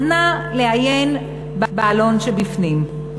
אז נא לעיין בעלון שבפנים.